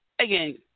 again